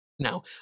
Now